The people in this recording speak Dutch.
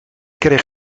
kreeg